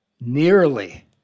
nearly